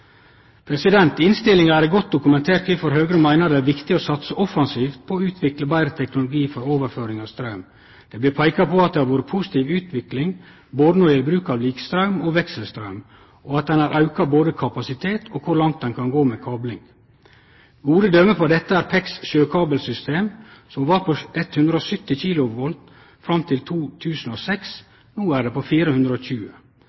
innstillinga er det godt dokumentert kvifor Høgre meiner det er viktig å satse offensivt på å utvikle betre teknologi for overføring av straum. Det blir peikt på at det har vore positiv utvikling både når det gjeld bruk av likestraum, og når det gjeld bruk av vekselstraum, og at det har vore ein auke med omsyn til kapasitet og kor langt ein kan gå med kabling. Gode døme på dette er PEX sjøkabelsystem, som var på 170 kV fram til